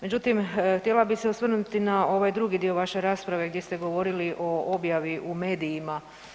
Međutim htjela bih se osvrnuti na ovaj drugi dio vaše rasprave gdje ste govorili o objavi u medijima.